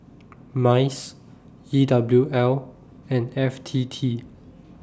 Mice E W L and F T T